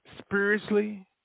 spiritually